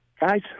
Guys